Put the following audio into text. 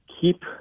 Keep